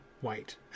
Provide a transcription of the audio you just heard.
white